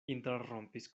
interrompis